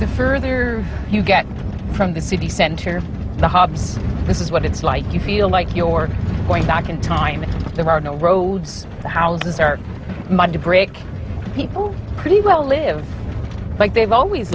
the further you get from the city center the hops this is what it's like you feel like your point back in time there are no roads the houses are mud brick people pretty well live like they've always